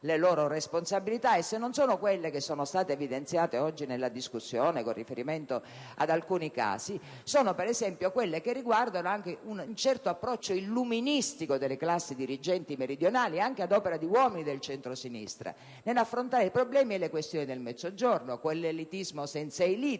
le loro colpe. E se non si tratta delle responsabilità evidenziate oggi nella discussione con riferimento ad alcuni casi, sono, per esempio, quelle che riguardano un certo approccio illuministico delle classi dirigenti meridionali, anche ad opera di uomini del centrosinistra, nell'affrontare i problemi e le questioni del Mezzogiorno. È il caso di quell'elitismo senza *élite*